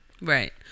Right